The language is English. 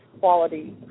quality